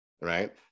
Right